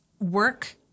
Work